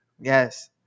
Yes